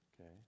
Okay